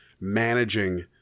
managing